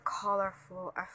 colorful